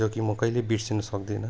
जो कि म कहिले बिर्सिनु सक्दिनँ